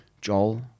Joel